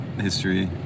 history